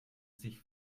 sich